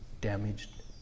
damaged